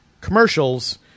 commercials